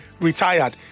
retired